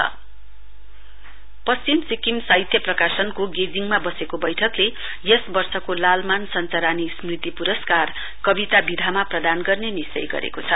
अर्वंड पश्चिम सिक्किम साहित्य प्रकाशनको गेजिङमा वसेको बैठकले यस वर्षाको लालमान सञ्चरानी स्मृति पुरस्कार कविता विधामा प्रदान गर्ने निश्चय गरेको छ